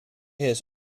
his